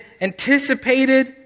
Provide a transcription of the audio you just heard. anticipated